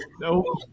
No